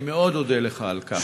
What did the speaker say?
אני מאוד אודה לך על כך.